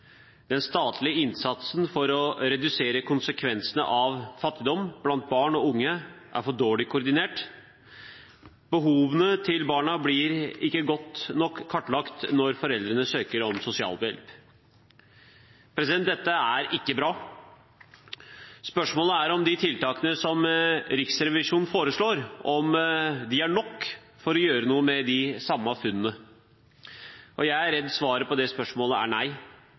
Den statlige innsatsen for å redusere konsekvensene av fattigdom blant barn og unge er for dårlig koordinert. Behovene til barna blir ikke godt nok kartlagt når foreldrene søker om sosialhjelp. Dette er ikke bra. Spørsmålet er om de tiltakene som Riksrevisjonen foreslår, er nok for å gjøre noe med de samme funnene. Jeg er redd svaret på det spørsmålet er nei.